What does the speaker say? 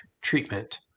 treatment